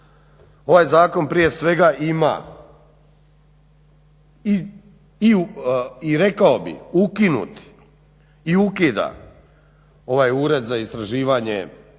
ovaj zakon prije svega ima i rekao bih ukinuti i ukida ovaj Ured za istraživanje